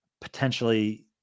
potentially